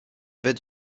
baie